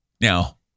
Now